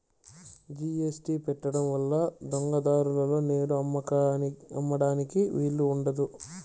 GST పెట్టడం వల్ల దొంగ దారులలో నేడు అమ్మడానికి వీలు ఉండదు